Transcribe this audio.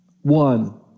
One